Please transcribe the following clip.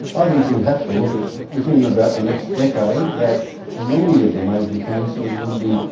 i think you'd have to look at within about the next decade that many of the major cancers would be,